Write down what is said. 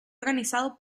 organizado